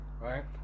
right